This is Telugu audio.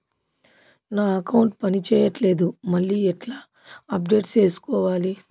నా అకౌంట్ పని చేయట్లేదు మళ్ళీ ఎట్లా అప్డేట్ సేసుకోవాలి?